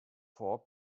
four